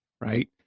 Right